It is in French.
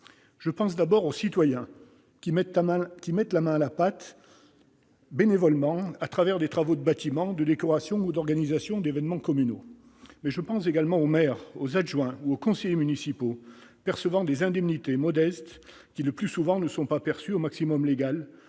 Je pense d'abord aux citoyens qui mettent la main à la pâte bénévolement pour réaliser des travaux de bâtiment, de décoration ou d'organisation d'événements communaux, mais également aux maires, aux adjoints ou aux conseillers municipaux qui perçoivent des indemnités modestes, lesquelles n'atteignent pas, le plus souvent, le maximum légal,